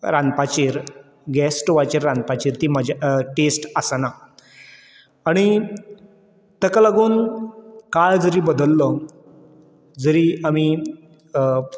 रांदपाचेर gas स्टोवाच्या रांदपाचेर ती मजा टेस्ट आसना आनी ताका लागून काळ जरी बदल्लो जरी आमी